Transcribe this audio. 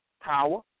power